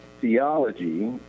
theology